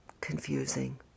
confusing